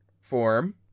form